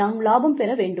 நாம் லாபம் பெற வேண்டும்